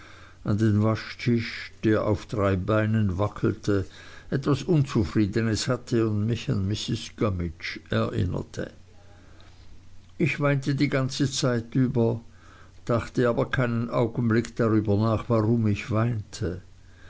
an den waschtisch der auf drei beinen wackelte etwas unzufriedenes hatte und mich an mrs gummidge erinnerte ich weinte die ganze zeit über dachte aber keinen augenblick darüber nach warum ich weinte